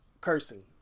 cursing